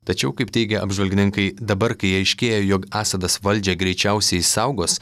tačiau kaip teigia apžvalgininkai dabar kai aiškėja jog asadas valdžią greičiausiai išsaugos